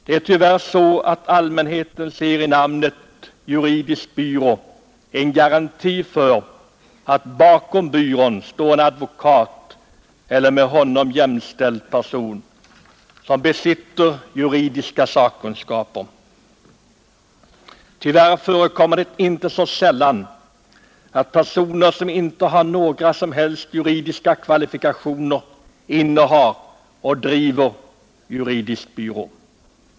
Det är tyvärr så att allmänheten i namnet juridisk byrå ser en garanti för att bakom byrån står en advokat eller med honom jämställd person som besitter juridisk sakkunskap. Tyvärr förekommer det inte så sällan att personer, som inte har några som helst juridiska kvalifikationer, innehar och driver juridisk byrå.